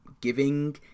giving